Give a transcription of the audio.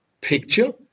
picture